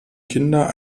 kinder